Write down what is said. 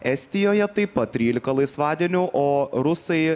estijoje taip pat trylika laisvadienių o rusai